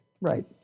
Right